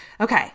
Okay